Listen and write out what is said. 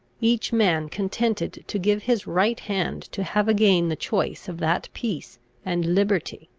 each man contented to give his right hand to have again the choice of that peace and liberty,